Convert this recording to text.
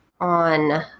on